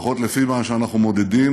לפחות לפי מה שאנחנו מודדים,